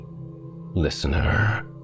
listener